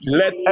let